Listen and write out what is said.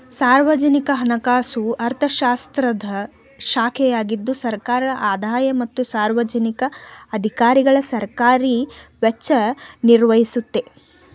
ಸಾರ್ವಜನಿಕ ಹಣಕಾಸು ಅರ್ಥಶಾಸ್ತ್ರದ ಶಾಖೆಯಾಗಿದ್ದು ಸರ್ಕಾರದ ಆದಾಯ ಮತ್ತು ಸಾರ್ವಜನಿಕ ಅಧಿಕಾರಿಗಳಸರ್ಕಾರಿ ವೆಚ್ಚ ನಿರ್ಣಯಿಸುತ್ತೆ